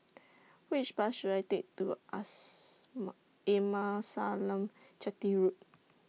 Which Bus should I Take to Amasalam Chetty Road